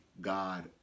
God